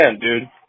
dude